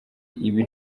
ibi